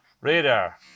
Radar